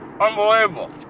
unbelievable